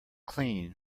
clean